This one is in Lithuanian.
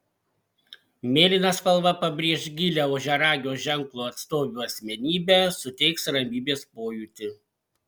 mėlyna spalva pabrėš gilią ožiaragio ženklo atstovių asmenybę suteiks ramybės pojūtį